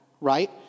right